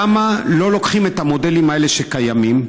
למה לא לוקחים את המודלים האלה, שקיימים,